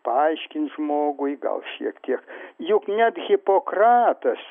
paaiškint žmogui gal šiek tiek juk net hipokratas